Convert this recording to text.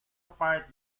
apart